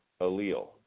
allele